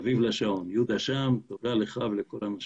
יהודה שם, תודה לך ולכל אנשיך.